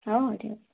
ହଉ ହଉ ଠିକ୍ ଅଛି